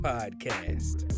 Podcast